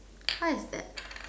what is that